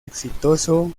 exitoso